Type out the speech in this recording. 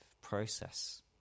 process